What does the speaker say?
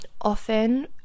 often